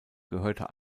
gehörte